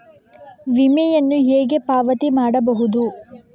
ವಿಮೆಯನ್ನು ಹೇಗೆ ಪಾವತಿ ಮಾಡಬಹುದು?